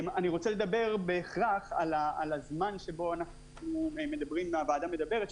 אני רוצה לדבר בהכרח על הזמן שבו הוועדה מדברת,